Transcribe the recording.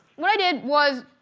what i did was,